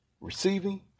Receiving